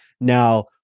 Now